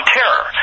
terror